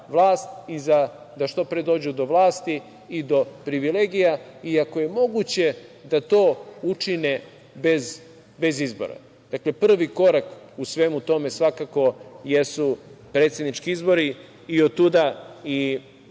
i da što pre dođu do vlasti i do privilegija i ako je moguće da to učine bezu izbora. Dakle, prvi korak u svemu tome svakako jesu predsednički izbori i otuda i ovakvi